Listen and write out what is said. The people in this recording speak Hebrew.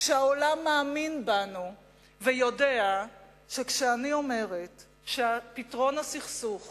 כשהעולם מאמין בנו ויודע שכשאני אומרת שפתרון הסכסוך